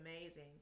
amazing